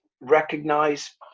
recognize